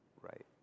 right